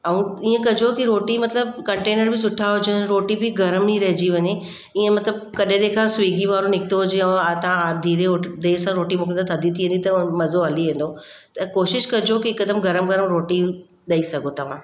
ऐं ईअं कजो की रोटी मतिलबु कंटेनर बि सुठा हुजनि रोटी बि गर्मु ई रहिजी वञे ईअं मतिलबु कॾहिं ॾेखां स्विगी वारो निकितो हुजे ऐं आता धीरे ऐं देरि सां रोटी मोकिलींदा थधी थींदी त मज़ो हली वेंदो त कोशिशि कजो की हिकदमि गर्मु गर्मु रोटी ॾेई सघो तव्हां